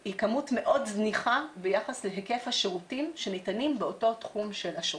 היא כמות מאוד זניחה ביחס להיקף השירותים שניתנים באותו תחום של אשרות.